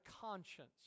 conscience